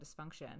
dysfunction